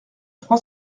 trois